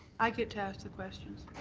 i get to ask the questions.